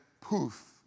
poof